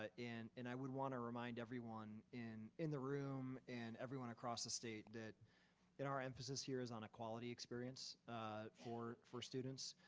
ah and i would wanna remind everyone in in the room and everyone across the state that in our emphasis here is on equality experience for for students.